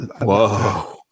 Whoa